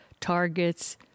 targets